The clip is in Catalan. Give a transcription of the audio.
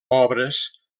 obres